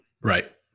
right